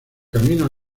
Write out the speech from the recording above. camino